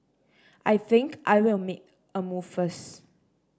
I think I'll make a move first